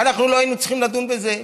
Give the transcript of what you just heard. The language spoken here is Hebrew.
אנחנו לא היינו צריכים לדון בזה.